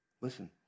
Listen